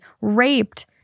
raped